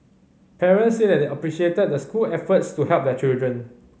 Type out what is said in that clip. parents said that they appreciated the school's efforts to help their children